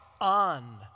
on